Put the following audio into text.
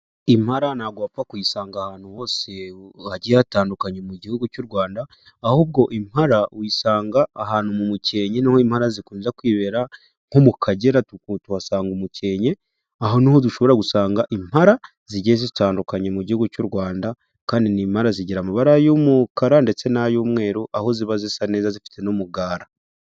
Impala ntabwo wapfa kuyisanga ahantu hose hagiye hatandukanye mu gihugu cy'u Rwanda, ahubwo impala uyisanga ahantu mu mukenke niho impara zikunze kwibera nko mu Kagera tuhasanga umukenke, aho niho dushobora gusanga impara zigiye zitandukanye mu gihugu cy'u Rwanda, kandi ni impala zigira amabara y'umukara ndetse n'ay'umweru aho ziba zisa neza zifite n'umugara.